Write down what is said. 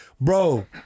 bro